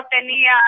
tenía